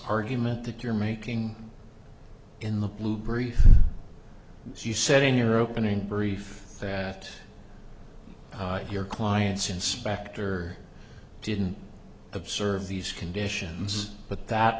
argument that you're making in the blue brief she said in your opening brief that your client's inspector didn't observe these conditions but that